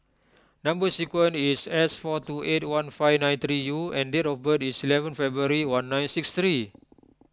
Number Sequence is S four two eight one five nine three U and date of birth is eleventh February one nine six three